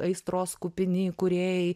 aistros kupini įkūrėjai